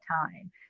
time